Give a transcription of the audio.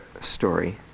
story